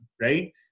right